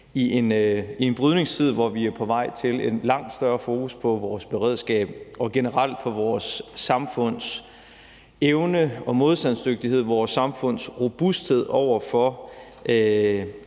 i en brydningstid, hvor vi er på vej til at have et langt større fokus på vores beredskab og generelt også på vores samfunds modstandsdygtighed og robusthed over for